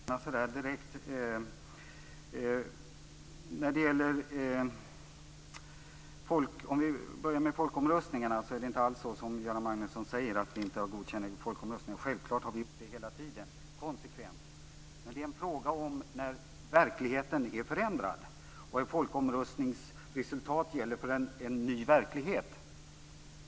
Fru talman! Jag vet inte hur jag ska svara egentligen. Jag uppfattade inte direkt några frågor. Jag börjar med folkomröstningar. Det är inte som Göran Magnusson säger, dvs. att vi inte skulle godkänna folkomröstningar. Självklart har vi gjort det hela tiden - konsekvent. Det är en fråga om när verkligheten är förändrad och ett folkomröstningsresultat gäller för en ny verklighet.